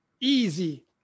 easy